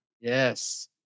Yes